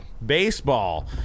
Baseball